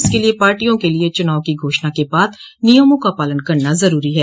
इसके लिए पार्टियों के लिए चुनाव की घोषणा के बाद नियमों का पालन करना जरूरी है